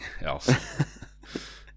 else